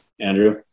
Andrew